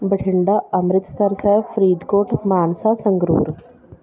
Bathinda Amritsar Sahib Faridkot Mansa Sangrur